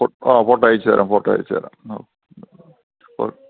ആ ഫോട്ടോ അയച്ചു തരാം ഫോട്ടോ അയച്ചു തരാം ആ